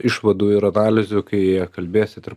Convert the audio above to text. išvadų ir analizių kai kalbėsit ir